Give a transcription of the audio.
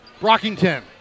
Brockington